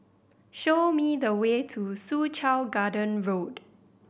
show me the way to Soo Chow Garden Road